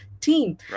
team